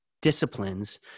disciplines